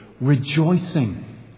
rejoicing